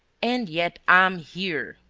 and yet i'm here!